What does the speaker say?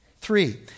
Three